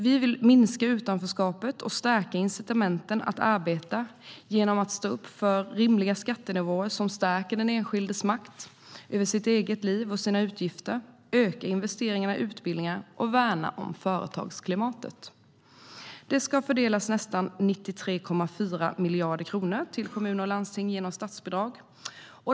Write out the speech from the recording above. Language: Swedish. Vi vill minska utanförskapet och stärka incitamenten att arbeta genom att stå upp för rimliga skattenivåer som stärker den enskildes makt över sitt eget liv och sina utgifter, öka investeringarna i utbildning och värna om företagsklimatet. Nästan 93,4 miljarder kronor ska fördelas till kommuner och landsting genom statsbidrag.